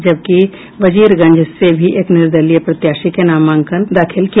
जबकि वजीरगंज से भी एक निर्दलीय प्रत्याशी ने नामांकन दाखिल किया